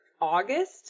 August